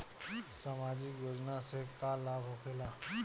समाजिक योजना से का लाभ होखेला?